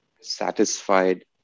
satisfied